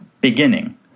beginning